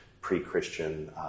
pre-Christian